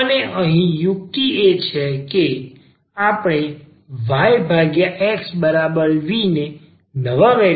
અને અહીં યુક્તિ એ છે કે આપણે આ yxv ને નવા વેરિએબલ તરીકે લઈએ છીએ